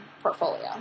portfolio